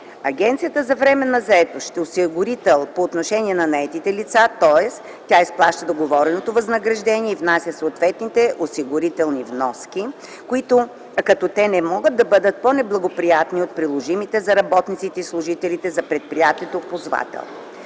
Агенцията за временна заетост ще е осигурител по отношение на наетите лица, тоест тя изплаща договореното възнаграждение и внася съответните осигурителни вноски, като те не могат да бъдат по неблагоприятни от приложимите за работниците и служителите за предприятието ползвател.